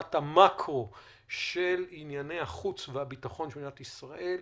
במבט מקרו על ענייני החוץ והביטחון של מדינת ישראל,